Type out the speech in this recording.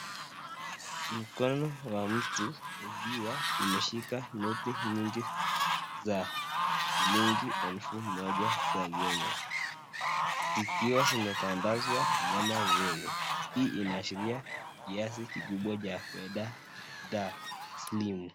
Mkono wa mtu ukiwa umeshika noti nyingi za shillingi elfu moja za kenya, zikiwa zimetandaswa kama vini hii inaashiria kiazi kikubwa za pesa fedha taslimu.